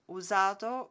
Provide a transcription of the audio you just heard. usato